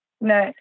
No